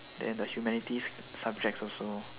then the humanities subjects also